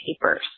papers